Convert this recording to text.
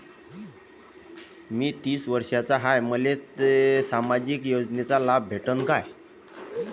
मी तीस वर्षाचा हाय तर मले सामाजिक योजनेचा लाभ भेटन का?